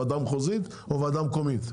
הוועדה המחוזית או הוועדה המקומית?